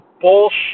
bullshit